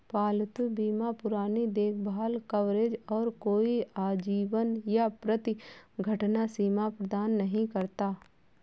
पालतू बीमा पुरानी देखभाल कवरेज और कोई आजीवन या प्रति घटना सीमा प्रदान नहीं करता